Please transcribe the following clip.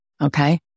okay